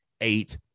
Eight